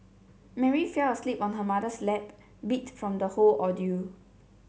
Mary fell asleep on her mother's lap beat from the whole ordeal